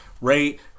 rate